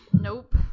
Nope